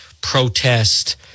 protest